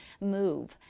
move